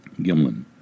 Gimlin